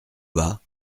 bas